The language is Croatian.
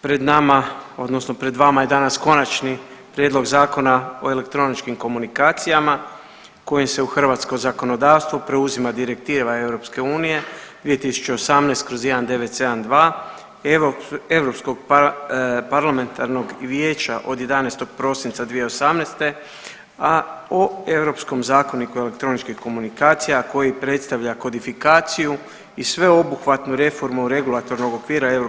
Pred nama odnosno pred vama je danas Konačni prijedlog Zakona o elektroničkim komunikacijama kojim se u hrvatsko zakonodavstvo preuzima Direktiva EU 2018/1972 Europskog parlamentarnog vijeća od 11. prosinca 2018., a o Europskom zakoniku elektroničkih komunikacija koji predstavlja kodifikaciju i sveobuhvatnu reformu regulatornog okvira EU